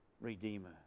Redeemer